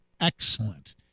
excellent